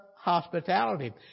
hospitality